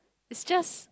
is just